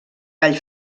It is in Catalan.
gall